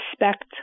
respect